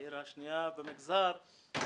העיר השנייה בגודלה במגזר,